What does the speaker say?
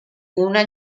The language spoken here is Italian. una